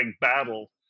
battle